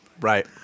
Right